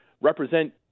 represent